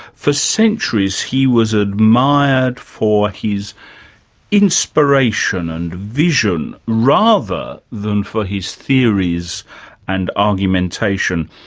for centuries he was admired for his inspiration and vision rather than for his theories and argumentation.